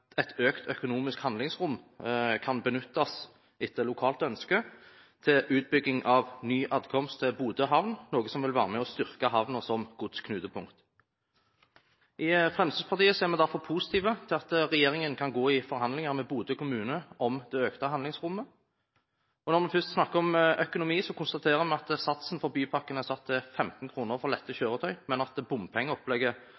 et økt økonomisk handlingsrom kan benyttes etter lokalt ønske til utbygging av ny adkomst til Bodø havn, noe som vil være med på å styrke havnen som godsknutepunkt. I Fremskrittspartiet er vi derfor positive til at regjeringen kan gå i forhandlinger med Bodø kommune om det økte handlingsrommet. Når vi først snakker om økonomi, konstaterer vi at satsen for bypakken er satt til 15 kr for lette